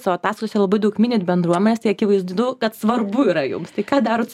savo ataskaitose labai daug minit bendruomenės tai akivaizdu kad svarbu yra jums tai ką darot